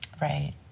Right